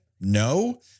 No